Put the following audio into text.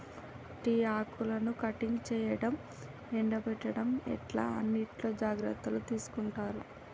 tea ఆకులను cutting చేయడం, ఎండపెట్టడం ఇట్లా అన్నిట్లో జాగ్రత్తలు తీసుకుంటారు